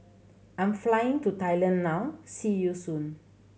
I'm flying to Thailand now see you soon